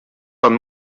pan